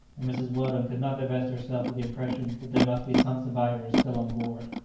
and mrs. weldon could not divest herself of the impression that there must be some survivors still on board.